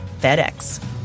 FedEx